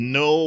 no